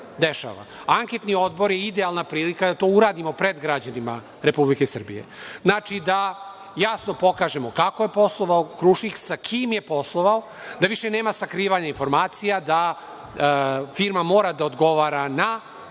dešava. Anketni odbor je idealna prilika da to uradimo pred građanima Republike Srbije. Znači, da jasno pokažemo kako je poslovao „Krušik“, sa kim je poslovao, da više nema sakrivanja informacija, da firma mora da odgovara na